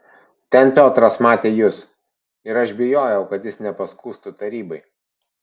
ten piotras matė jus ir aš bijojau kad jis nepaskųstų tarybai